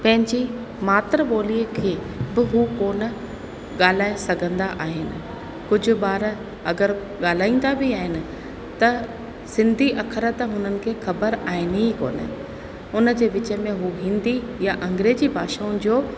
पंहिंजी मातृ ॿोलीअ खे बि कोन ॻाल्हाए सघंदा आहिनि कुझु ॿार अगर ॻाल्हाईंदा बि आहिनि त सिंधी अखर त उन्हनि खे ख़बरु आहिनि इहा कोन उन जे विच में उहा हिंदी या अंग्रेजी भाषाऊं जो